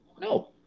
No